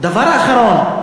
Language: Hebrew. דבר אחרון,